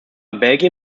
belgien